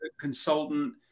consultant